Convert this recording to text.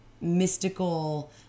mystical